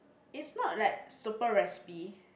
is not like super raspy